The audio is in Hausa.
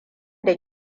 da